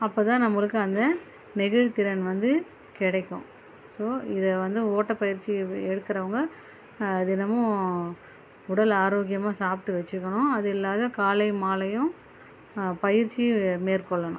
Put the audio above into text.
அப்போ தான் நம்மளுக்கு அந்த நெகிழ்வு திறன் வந்து கிடைக்கும் ஸோ இதை வந்து ஓட்டப்பயிற்சி வ் எடுக்குறவங்க தினமும் உடல் ஆரோக்கியமாக சாப்பிட்டு வச்சுக்கணும் அது இல்லாத காலை மாலையும் பயிற்சியும் மேற்கொள்ளணும்